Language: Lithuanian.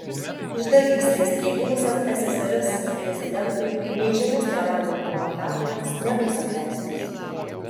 išdavystės nei buvusiam ssrs prezidentui nei žemesnio rango provokatoriams nebus atleistos